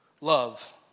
love